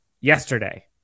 yesterday